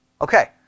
Okay